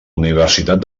universitat